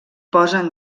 posen